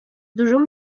durum